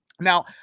Now